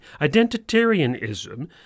Identitarianism